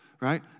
right